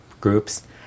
Groups